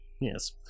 Yes